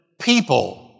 people